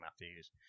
Matthews